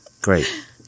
great